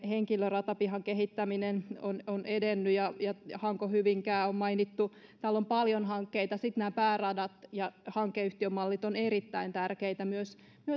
henkilöratapihan kehittäminen on edennyt ja ja hanko hyvinkää on mainittu täällä on paljon hankkeita sitten nämä pääradat ja hankeyhtiömallit ovat myös erittäin tärkeitä myös